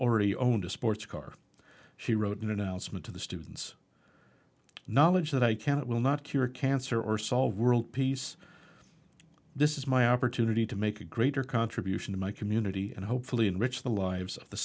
already owned a sports car she wrote an announcement to the students knowledge that i can't will not cure cancer or solve world peace this is my opportunity to make a greater contribution to my community and hopefully enrich the lives of the